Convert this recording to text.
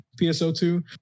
PSO2